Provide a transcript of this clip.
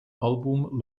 album